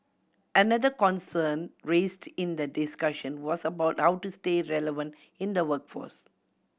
another concern raised in the discussion was about how to stay relevant in the workforce